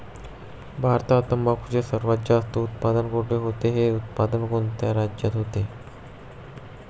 भारतात तंबाखूचे सर्वात जास्त उत्पादन कोठे होते? हे उत्पादन कोणत्या राज्यात होते?